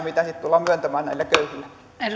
mitä sitten tullaan myöntämään näille köyhille